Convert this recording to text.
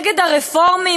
נגד הרפורמים,